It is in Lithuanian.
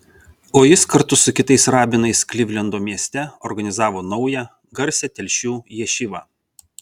o jis kartu su kitais rabinais klivlendo mieste organizavo naują garsią telšių ješivą